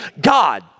God